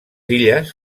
illes